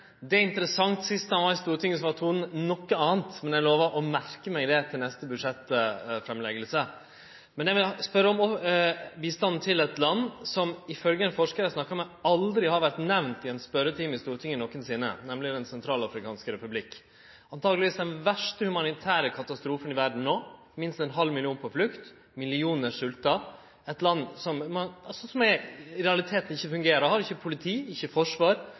Det er interessant. Sist han var i Stortinget var tonen ein annan, men eg lovar å merke meg det til neste budsjettframlegging. Eg vil spørje om bistanden til eit land som ifølgje ein forskar eg snakka med, aldri har vore nemnt i ein spørjetime i Stortinget nokon gong, nemleg Den sentralafrikanske republikk. Der har ein antakeleg den verste humanitære katastrofen i verda no. Minst ein halv million er på flukt, og millionar svelt i eit land som i realiteten ikkje fungerer. Dei har ikkje politi, ikkje forsvar,